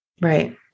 Right